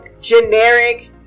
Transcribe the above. Generic